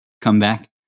comeback